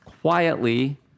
quietly